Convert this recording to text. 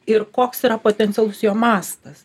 ir koks yra potencialus jo mastas